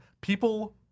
People